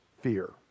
fear